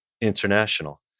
International